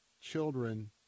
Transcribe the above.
children